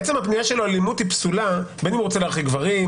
עצם הפנייה שלו לאלימות היא פסולה בין אם הוא רוצה להרחיק גברים,